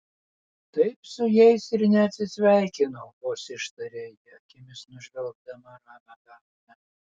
taip su jais ir neatsisveikinau vos ištarė ji akimis nužvelgdama ramią gatvę